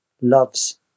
Love's